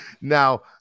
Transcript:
Now